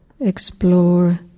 explore